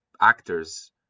actors